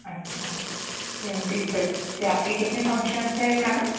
अच्छा twenty fifth से आपके कितने फंक्शन्स हैं मैडम